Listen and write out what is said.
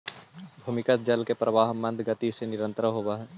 भूमिगत जल के प्रवाह मन्द गति से निरन्तर होवऽ हई